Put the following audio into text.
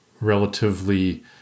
relatively